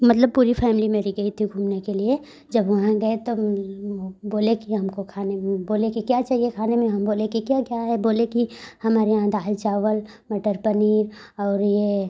मतलब पूरी फैमिली मेरी गई थी घूमने के लिए जब वहाँ गए तब बोले कि हमको खाने में बोलें कि क्या चाहिए खाने में हम बोले कि क्या क्या है बोले कि हमारे यहाँ दाल चावल मटर पनीर और ये